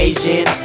Asian